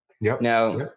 Now